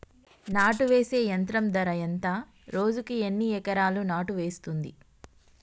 నాటు వేసే యంత్రం ధర ఎంత రోజుకి ఎన్ని ఎకరాలు నాటు వేస్తుంది?